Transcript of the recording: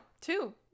two